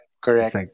Correct